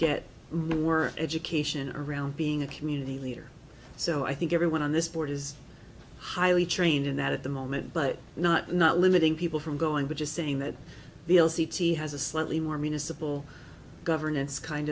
word education around being a community leader so i think everyone on this board is highly trained in that at the moment but not not limiting people from going but just saying that the l c t has a slightly more municipal governance kind